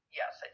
yes